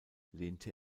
lehnte